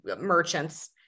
merchants